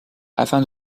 afin